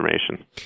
information